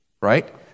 right